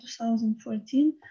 2014